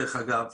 דרך אגב,